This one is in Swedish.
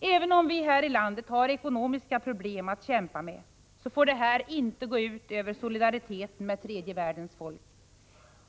Även om vi här i landet har ekonomiska problem att kämpa med, får detta inte gå ut över solidariteten med tredje världens folk.